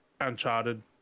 Uncharted